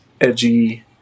edgy